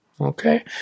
Okay